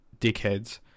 dickheads